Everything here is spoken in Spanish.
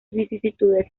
vicisitudes